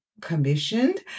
Commissioned